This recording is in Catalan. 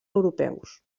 europeus